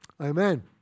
Amen